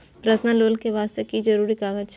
Personal loan ले वास्ते की जरुरी कागज?